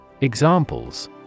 Examples